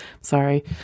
Sorry